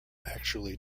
actually